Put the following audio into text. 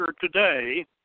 today